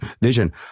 Vision